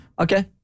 Okay